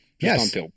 Yes